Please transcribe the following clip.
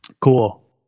Cool